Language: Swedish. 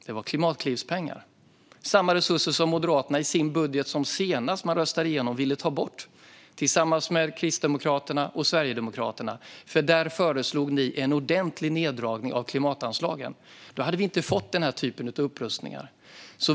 Det var Klimatklivspengar, samma resurser som Moderaterna tillsammans med Kristdemokraterna och Sverigedemokraterna i den budget som de senast röstade igenom ville ta bort. Där föreslog ni nämligen en ordentlig neddragning av klimatanslagen. Då hade vi inte fått den här typen av upprustningar.